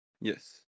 Yes